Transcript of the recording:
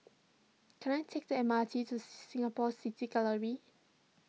can I take the M R T to Singapore City Gallery